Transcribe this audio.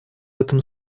этом